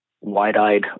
wide-eyed